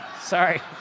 Sorry